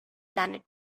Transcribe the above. planet